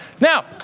Now